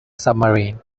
submarine